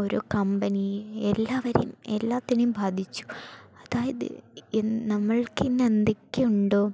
ഓരോ കമ്പനി എല്ലാവരെയും എല്ലാത്തിനേയും ബാധിച്ചു അതായത് നമ്മൾക്കിന്ന് എന്തൊക്കെ ഉണ്ടോ